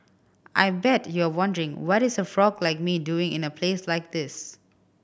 I bet you're wondering what is a frog like me doing in a place like this